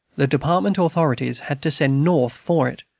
the department authorities had to send north for it,